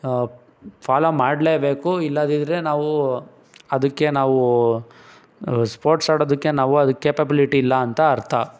follow ಮಾಡಲೇಬೇಕು ಇಲ್ಲದ್ದಿದ್ದರೆ ನಾವು ಅದಕ್ಕೆ ನಾವು ಸ್ಪೋರ್ಟ್ಸ್ ಆಡೋದಕ್ಕೆ ನಾವು ಅದುಕ್ಕೆ ಕೇಪಬಿಲಿಟಿ ಇಲ್ಲ ಅಂತ ಅರ್ಥ